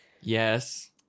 Yes